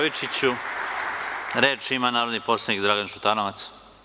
Reč ima narodni poslanik Dragan Šutanovac.